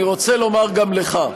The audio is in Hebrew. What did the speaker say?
אני רוצה לומר גם לך: